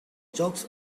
jocks